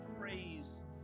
praise